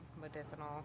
medicinal